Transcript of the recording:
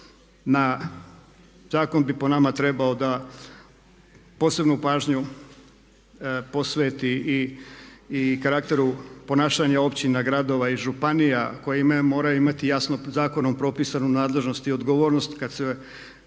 Zakon bi po nama trebao da posebnu pažnju posveti i karakteru ponašanja općina, gradova i županija koje moraju imati jasno zakonom propisanu nadležnost i odgovornost koja se odnosi